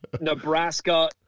Nebraska